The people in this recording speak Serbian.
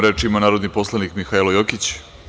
Reč ima narodni poslanik Mihailo Jokić.